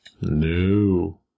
No